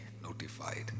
Notified